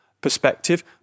perspective